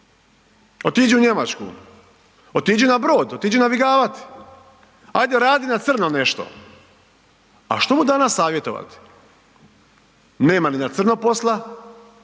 otiđi u Njemačku, otiđi na brod, otiđi navigavat, ajde radi na crno nešto. A što mu danas savjetovati? Nema ni na crno posla,